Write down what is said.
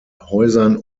häusern